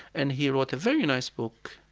and he wrote a very nice book,